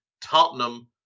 Tottenham